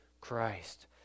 Christ